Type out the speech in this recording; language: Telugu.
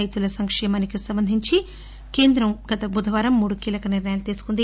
రైతుల సంక్షేమానికి సంబంధించి కేంద్రం బుధవారం మూడు కీలక నిర్ణయాలు తీసుకోంది